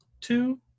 two